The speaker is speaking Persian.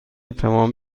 تمام